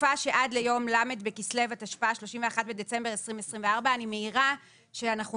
בתקופה שעד ליום ל' בכסלו התשפ"ה (31 בדצמבר 2024) אני מעירה שאנחנו